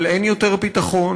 אבל אין יותר ביטחון.